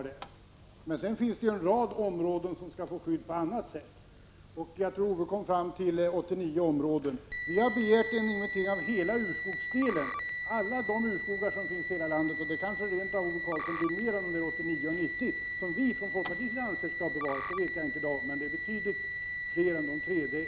Det finns en rad områden som skall få skydd på annat sätt; jag tror att Ove Karlsson kom fram till 89 områden. Vi har begärt en inventering av hela urskogsdelen, av alla de urskogar som finns i hela landet, och det kanske rent av blir fler än de 89 eller 90 som vi inom folkpartiet har ansett skall bevaras. Det vet jag inte i dag, men att det är betydligt fler än de tre är klart.